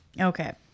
Okay